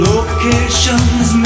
Locations